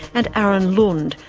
and aron lund,